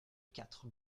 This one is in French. quatre